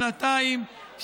שנתיים,